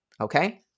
okay